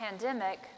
pandemic